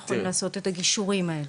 אנחנו יכולים לעשות את הגישורים האלה.